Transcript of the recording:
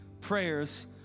prayers